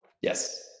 Yes